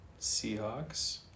Seahawks